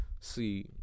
see